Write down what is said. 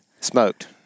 smoked